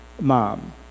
mom